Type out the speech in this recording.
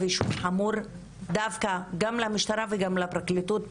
אישום חמור דווקא גם למשטרה וגם לפרקליטות,